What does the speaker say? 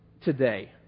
today